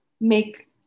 make